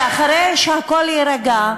שאחרי שהכול יירגע,